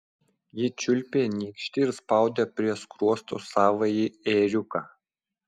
ji čiulpė nykštį ir spaudė prie skruosto savąjį ėriuką